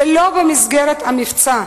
שלא במסגרת המבצע,